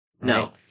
No